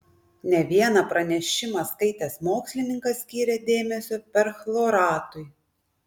ne vienas pranešimą skaitęs mokslininkas skyrė dėmesio perchloratui